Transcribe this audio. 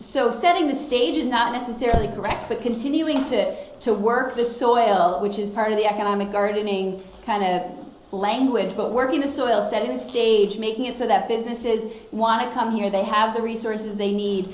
so setting the stage is not necessarily correct but continuing into it to work the soil out which is part of the economic gardening kind of language but working the soil setting the stage making it so that businesses want to come here they have the resources they need